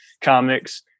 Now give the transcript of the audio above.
comics